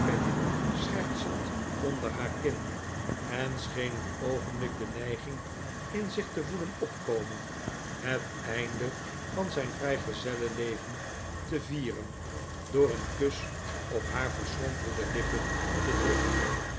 schertsend onder haar kin en scheen een oogehblik de neiging in zich te voelen opkomen het einde van zijn vrijgezellenleven te vieren door een kus op haar verschrompelde lippen te drukken